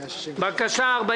בקשה מס'